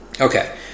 Okay